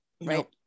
right